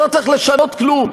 לא צריך לשנות כלום.